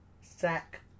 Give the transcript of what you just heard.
sack